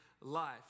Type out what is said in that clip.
life